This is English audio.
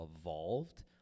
evolved